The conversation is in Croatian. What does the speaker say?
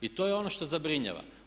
I to je ono što zabrinjava.